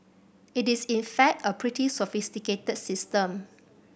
it is in fact a pretty sophisticated system